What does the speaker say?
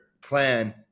plan